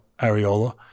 Ariola